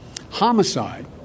Homicide